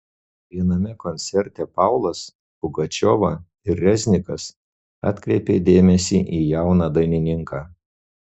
viename koncerte paulas pugačiova ir reznikas atkreipė dėmesį į jauną dainininką